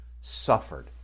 suffered